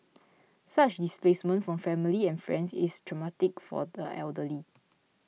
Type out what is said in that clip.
such displacement from family and friends is traumatic for the elderly